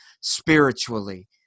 spiritually